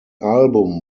album